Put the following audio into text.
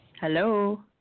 Hello